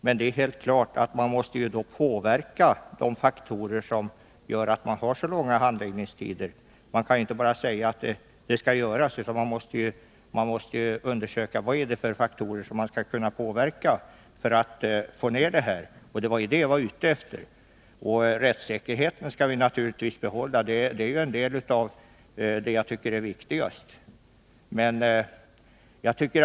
Men det är helt klart att man då måste påverka de faktorer som gör att handläggningstiderna är så långa. Man kan inte bara säga att detta skall göras, utan man måste undersöka vad det är för faktorer som man kan påverka för att få ner handläggningstiderna. Det är detta jag var ute efter. Rättssäkerheten skall naturligtvis behållas. Den är en del av det som jag tycker är viktigast i detta sammanhang.